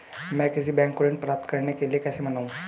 मैं किसी बैंक को ऋण प्राप्त करने के लिए कैसे मनाऊं?